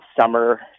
summer